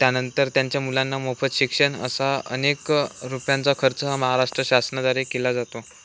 त्यानंतर त्यांच्या मुलांना मोफत शिक्षण असा अनेक रुपयांचा खर्च हा महाराष्ट्र शासनाद्वारे केला जातो